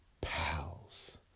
pals